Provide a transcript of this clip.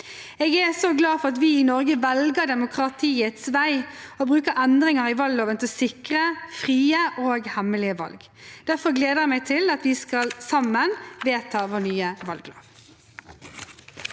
Jeg er så glad for at vi i Norge velger demokratiets vei og bruker endringer i valgloven til å sikre frie og hemmelige valg. Derfor gleder jeg meg til at vi sammen skal vedta vår nye valglov.